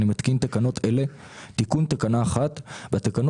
אני מתקין תקנות אלה: תיקון תקנה 1 בתקנות